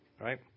right